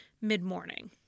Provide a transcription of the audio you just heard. mid-morning